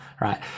right